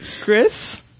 Chris